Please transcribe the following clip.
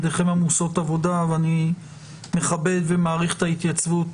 ידיכם עמוסות עבודה ואני מכבד ומעריך את ההתייצבות